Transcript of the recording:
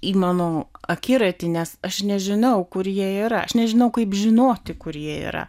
į mano akiratį nes aš nežinau kur jie yra aš nežinau kaip žinoti kur jie yra